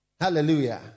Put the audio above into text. Hallelujah